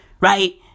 right